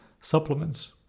supplements